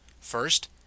First